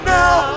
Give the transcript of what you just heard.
now